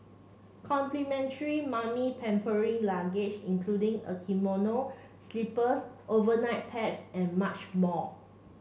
complimentary mummy pampering luggage including a kimono slippers overnight pads and much more